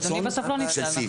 אדוני בסוף לא נפסל, נכון?